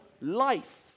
life